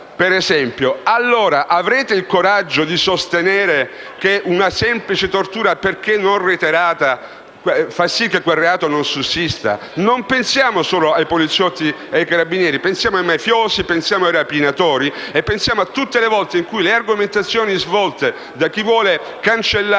della cassaforte. Avrete il coraggio di sostenere che una semplice tortura - perché non reiterata - fa sì che quel reato non sussista? Non pensiamo solo ai poliziotti o ai carabinieri: pensiamo a mafiosi, ai rapinatori, e a tutte le volte in cui le argomentazioni di chi vuole mantenere